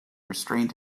restrained